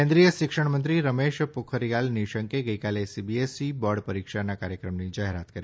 કેન્દ્રિય શિક્ષણ મંત્રી રમેશ પોખરિયાલ નિશંકે ગઈકાલે સીબીએસઇ બોર્ડ પરીક્ષાના કાર્યક્રમની જાહેરાત કરી